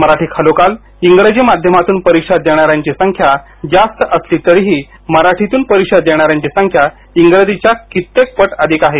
मराठी खालोखाल इंग्रजी माध्यमातून परीक्षा देणाऱ्यांची संख्या जास्त असली तरीही मराठीतून परीक्षा देणाऱ्यांची संख्या इंग्रजीच्या कित्येक पट अधिक आहे